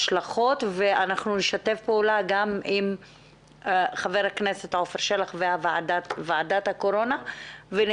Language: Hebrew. אנחנו נשתף פעולה עם חבר הכנסת שלח ועם ועדת הקורונה שהוא עומד בראשה,